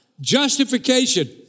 justification